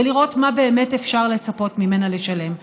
ולראות מה באמת אפשר לצפות ממנה לשלם.